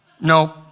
No